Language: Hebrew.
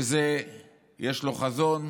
שיש לו חזון,